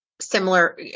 similar